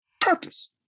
purpose